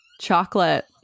Chocolate